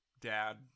dad